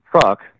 truck